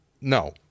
no